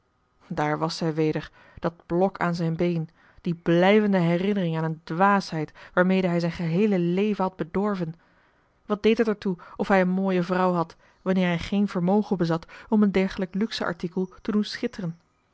daar was zij weder dat blok aan zijn been die blijvende herinnering aan een dwaasheid waarmede hij zijn geheele leven had bedorven wat deed het er toe of hij een mooie vrouw had wanneer hij geen vermogen bezat om een dergelijk luxe artikel te doen schitteren